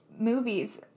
movies